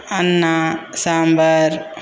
ಅನ್ನ ಸಾಂಬಾರು